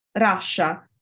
Russia